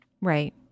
right